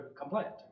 compliant